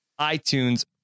iTunes